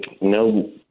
no